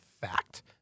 Fact